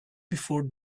before